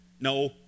No